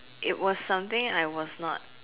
it was something I was not